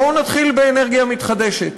בואו נתחיל באנרגיה מתחדשת.